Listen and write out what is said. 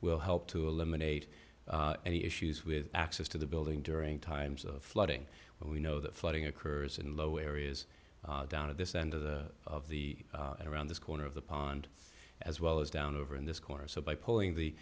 will help to eliminate any issues with access to the building during times of flooding when we know that flooding occurs in low areas down at this end of the of the and around this corner of the pond as well as down over in this corner so by pulling the